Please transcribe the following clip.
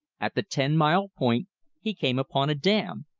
at the ten-mile point he came upon a dam.